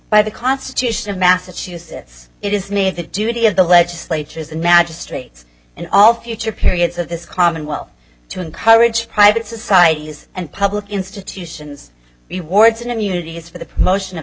by the constitution of massachusetts it is me the duty of the legislatures and magistrates and all future periods of this commonwealth to encourage private societies and public institutions rewards and immunities for the promotion of